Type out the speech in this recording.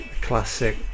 classic